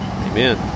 Amen